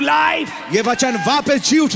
life